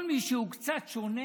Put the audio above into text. כל מי שהוא קצת שונה